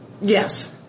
Yes